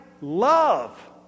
love